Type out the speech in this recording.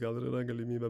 gal ir yra galimybė